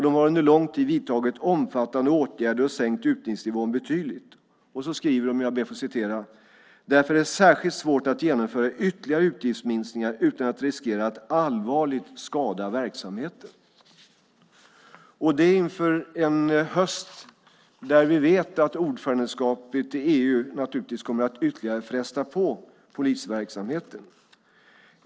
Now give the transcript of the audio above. De har under lång tid vidtagit omfattande åtgärder och sänkt utbildningsnivån betydligt. Och så skriver de så här: Därför är det särskilt svårt att genomföra ytterligare utgiftsminskningar utan att riskera att allvarligt skada verksamheten. Detta skriver man inför en höst då vi vet att ordförandeskapet i EU naturligtvis kommer att ytterligare fresta på polisverksamheten.